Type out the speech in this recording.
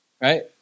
right